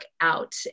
out